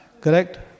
correct